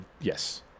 Yes